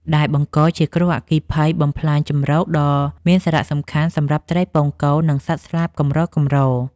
ដែលបង្កជាគ្រោះអគ្គិភ័យបំផ្លាញជម្រកដ៏មានសារៈសំខាន់សម្រាប់ត្រីពងកូន និងសត្វស្លាបកម្រៗ។